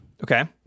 Okay